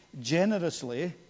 generously